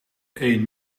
een